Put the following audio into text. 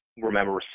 Remember